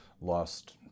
lost